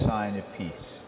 sign of peace